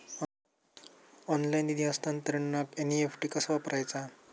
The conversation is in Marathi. ऑनलाइन निधी हस्तांतरणाक एन.ई.एफ.टी कसा वापरायचा?